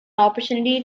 opportunity